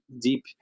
deep